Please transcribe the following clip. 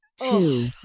Two